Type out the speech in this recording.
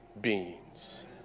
beings